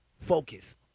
focus